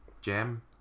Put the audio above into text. Jam